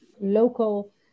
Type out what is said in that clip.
local